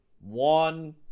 one